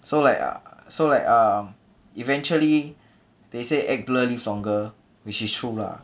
so like err so like um eventually they say act blur live longer which is true lah